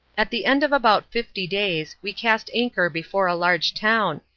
at the end of about fifty days we cast anchor before a large town,